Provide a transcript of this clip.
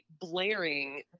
blaring